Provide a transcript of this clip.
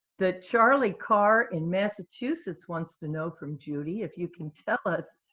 that charlie carr in massachusetts wants to know from judy, if you can tell us,